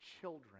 children